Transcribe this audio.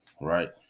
right